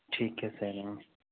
ਠੀਕ ਐ ਸਰ